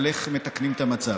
אל איך מתקנים את המצב.